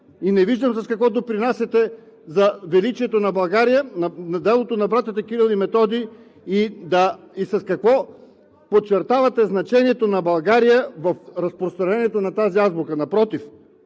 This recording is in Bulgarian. Не виждам с какво допринасяте за величието на България, за делото на братята Кирил и Методий и с какво подчертавате значението на България в разпространението на тази азбука. Напротив,